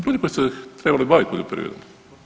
Ljudi koji su se trebali baviti poljoprivredom.